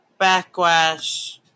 Backlash